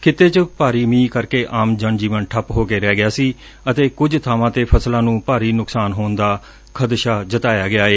ਖਿੱਤੇ ਚ ਭਾਰੀ ਮੀਂਹ ਕਰਕੇ ਆਮ ਜਨਜੀਵਨ ਠੱਪ ਹੋ ਕੇ ਰਹਿ ਗਿਆ ਸੀ ਅਤੇ ਕੁਝ ਬਾਵਾਂ ਤੇ ਫਸਲਾਂ ਨੂੰ ਭਾਰੀ ਨੁਕਸਾਨ ਹੋਣ ਦਾ ਖਦਸ਼ਾ ਜਤਾਇਆ ਗਿਆ ਏ